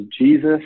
jesus